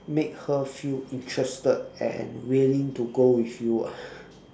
make her feel interested and willing to go with you ah